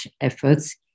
efforts